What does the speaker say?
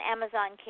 Amazon